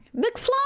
McFly